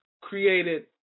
created